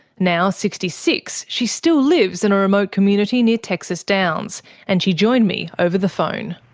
now sixty six, she still lives in a remote community near texas downs and she joined me over the phone.